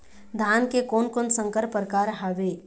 धान के कोन कोन संकर परकार हावे?